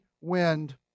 wind